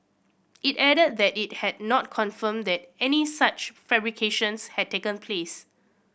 it added that it had not confirmed that any such fabrications had taken place